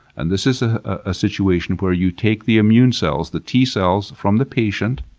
and this is a ah situation where you take the immune cells, the t-cells, from the patient,